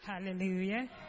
Hallelujah